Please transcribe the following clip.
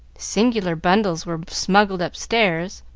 singular bundles were smuggled upstairs,